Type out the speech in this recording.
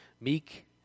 Meek